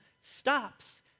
stops